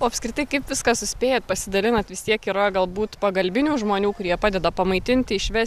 o apskritai kaip viską suspėjat pasidalinat vis tiek yra galbūt pagalbinių žmonių kurie padeda pamaitinti išvesti